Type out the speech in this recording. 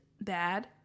bad